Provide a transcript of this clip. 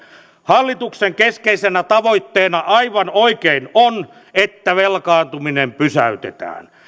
hallituksen keskeisenä tavoitteena aivan oikein on että velkaantuminen pysäytetään